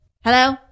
hello